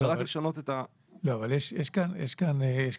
אלא רק לשנות את --- אבל יש כאן בעיה.